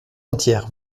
entière